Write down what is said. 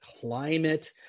climate